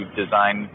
design